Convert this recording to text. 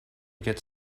get